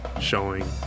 showing